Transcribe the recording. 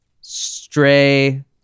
Stray